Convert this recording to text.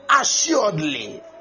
assuredly